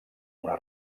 una